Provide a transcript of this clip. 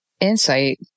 insight